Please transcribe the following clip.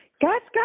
Gotcha